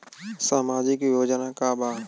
सामाजिक योजना का बा?